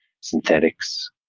synthetics